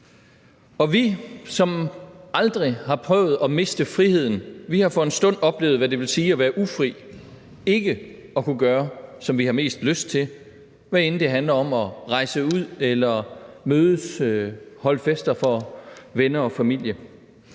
Og vi, som aldrig har prøvet at miste friheden, har for en stund oplevet, hvad det vil sige at være ufri, altså ikke at kunne gøre, som vi har mest lyst til, hvad end det handler om at rejse ud eller mødes og holde fester for venner og familie.